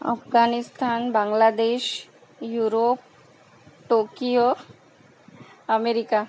Afghanistan Bangladesh Europe Tokyo America